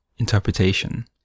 Interpretation